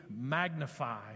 magnify